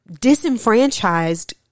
disenfranchised